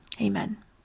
Amen